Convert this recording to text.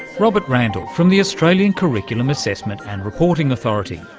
robert randall from the australian curriculum assessment and reporting authority,